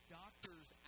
doctors